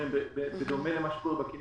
בדומה למה שקורה בכינרת,